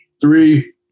three